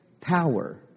power